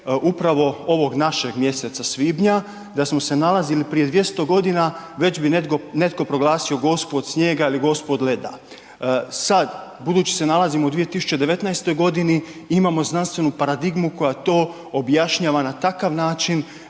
upravo ovog našeg mjeseca svibnja da smo se nalazili prije 200.g., već bi netko proglasio Gospu od snijega ili Gospu od leda, sad budući se nalazimo u 2019.g. imamo znanstvenu paradigmu koja to objašnjava na takav način